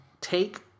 take